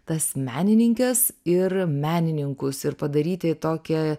tas menininkes ir menininkus ir padaryti tokią